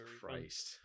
Christ